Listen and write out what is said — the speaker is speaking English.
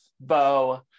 Bo